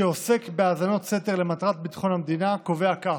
שעוסק בהאזנות סתר למטרת ביטחון המדינה, קובע כך: